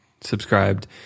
subscribed